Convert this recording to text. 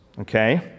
okay